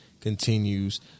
continues